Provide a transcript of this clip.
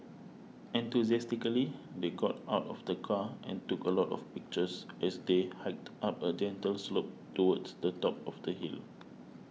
enthusiastically they got out of the car and took a lot of pictures as they hiked up a gentle slope towards the top of the hill